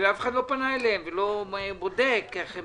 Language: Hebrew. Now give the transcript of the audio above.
אף אחד לא פנה אליהן ולא בודק איך הם